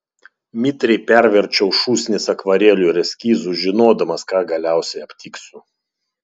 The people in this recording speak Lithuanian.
mitriai perverčiau šūsnis akvarelių ir eskizų žinodamas ką galiausiai aptiksiu